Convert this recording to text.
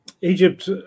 Egypt